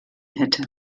hätte